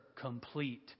complete